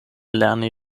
lerni